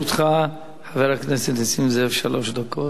לרשותך, חבר הכנסת נסים זאב, שלוש דקות.